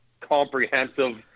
comprehensive